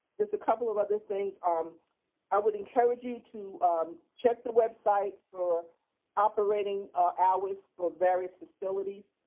just a couple of other things. um i would encourage you to check the website for operating hours for various facilities.